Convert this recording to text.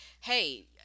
hey